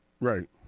Right